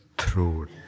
Throat